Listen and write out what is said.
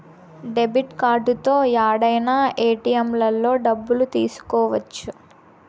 debit కార్డుతో యాడైనా ఏటిఎంలలో డబ్బులు తీసుకోవచ్చు